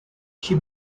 she